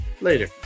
Later